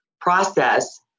process